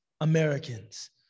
Americans